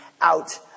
out